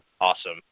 Awesome